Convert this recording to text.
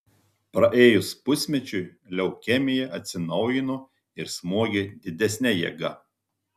praėjus pusmečiui leukemija atsinaujino ir smogė didesne jėga